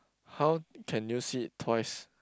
how can you see it twice